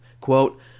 Quote